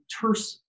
terse